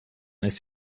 ist